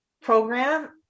program